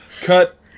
Cut